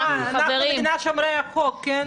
אנחנו מדינת שומרי חוק, כן?